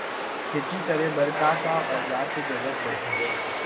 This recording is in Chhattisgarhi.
खेती करे बर का का औज़ार के जरूरत पढ़थे?